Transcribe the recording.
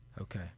Okay